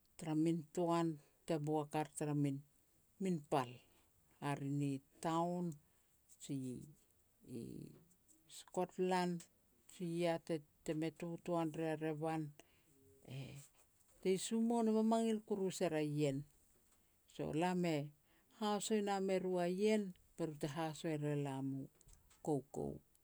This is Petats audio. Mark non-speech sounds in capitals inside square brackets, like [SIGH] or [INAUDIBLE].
tara min toan te boak ar tara min-min pal. Hare ni town, ji i Skotlan, ji ya te-te me toatoan ria revan, e, [NOISE] tei sumoun e mamangil kuru ser a ien, so lam e haso e nam e ru a ien be ru te haso e ria elam u koukou.